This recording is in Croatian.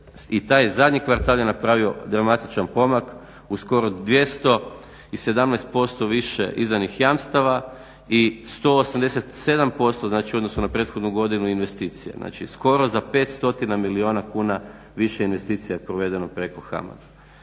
i taj zadnji kvartal je napravio dramatičan pomak uz skoro 217% više izdanih jamstava i 187% znači u odnosu na prethodnu godinu investicije. Znači skoro za 5 stotina milijuna kuna više investicija je provedeno preko HAMAG-a.